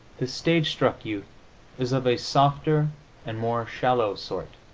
the stage-struck youth is of a softer and more shallow sort.